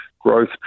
growth